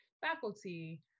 faculty